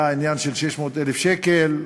היה עניין של 600,000 שקל,